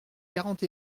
quarante